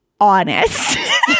honest